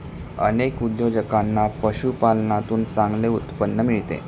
अनेक उद्योजकांना पशुपालनातून चांगले उत्पन्न मिळते